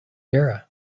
era